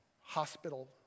hospital